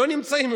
לא נמצאים.